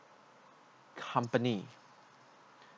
company